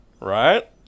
Right